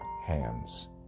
hands